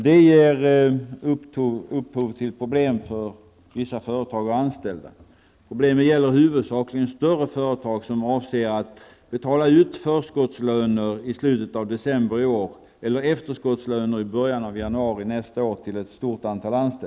Detta ger upphov till problem för vissa företag och anställda. Problemet gäller huvudsakligen större företag, som till ett stort antal anställda avser att betala ut förskottslöner i slutet av december i år eller efterskottslöner i början av januari nästa år.